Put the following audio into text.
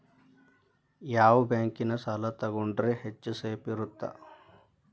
ಯಾವ ಬ್ಯಾಂಕಿನ ಸಾಲ ತಗೊಂಡ್ರೆ ಹೆಚ್ಚು ಸೇಫ್ ಇರುತ್ತಾ?